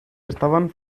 estaban